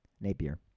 Napier